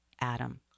Adam